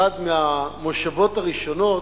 אחת המושבות הראשונות,